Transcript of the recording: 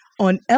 on